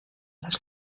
las